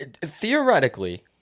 Theoretically